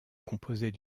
composait